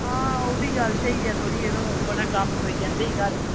आं ओह्बी गल्ल स्हेई ऐ थोह्ड़ी यरो बड़ा कम्म पेई जंदा ई घर